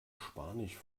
spanisch